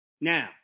Now